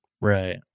Right